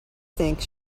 think